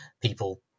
people